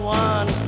one